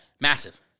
Massive